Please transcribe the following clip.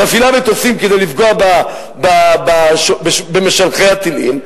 מפעילה מטוסים כדי לפגוע במשלחי הטילים,